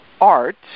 art